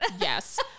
Yes